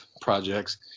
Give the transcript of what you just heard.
projects